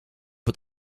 het